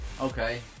Okay